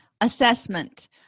Assessment